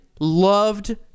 Loved